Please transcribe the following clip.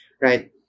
right